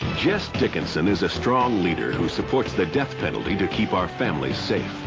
jess dickinson is a strong leader, who supports the death penalty to keep our families safe.